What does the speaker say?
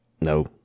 No